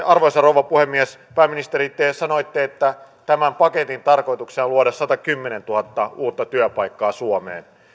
arvoisa rouva puhemies pääministeri te sanoitte että tämän paketin tarkoituksena on luoda satakymmentätuhatta uutta työpaikkaa suomeen